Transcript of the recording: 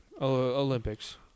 Olympics